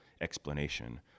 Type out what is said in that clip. explanation